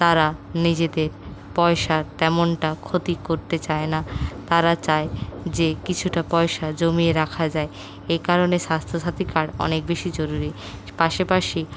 তারা নিজেদের পয়সা তেমনটা ক্ষতি করতে চায় না তারা চায় যে কিছুটা পয়সা জমিয়ে রাখা যায় এই কারণে স্বাস্থ্যসাথী কার্ড অনেক বেশি জরুরি পাশাপাশি